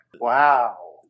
Wow